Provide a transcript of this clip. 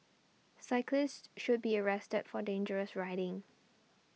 cyclist should be arrested for dangerous riding